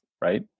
right